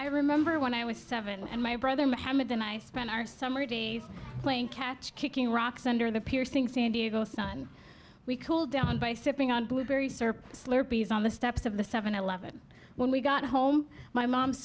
i remember when i was seven and my brother mohammed and i spent our summer days playing catch kicking rocks under the piercing san diego sun we cooled down by sipping on blueberry syrup on the steps of the seven eleven when we got home my mom